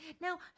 Now